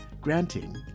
granting